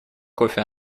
кофи